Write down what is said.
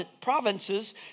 provinces